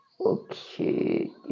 okay